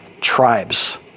tribes